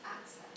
access